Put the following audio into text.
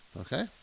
Okay